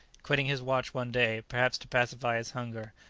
quitting his watch one day, perhaps to pacify his hunger,